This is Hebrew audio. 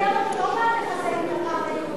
ידידיה שטרן לא בא לחזק את הפן היהודי,